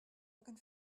looking